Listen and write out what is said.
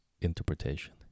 interpretation